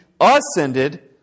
ascended